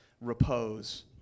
repose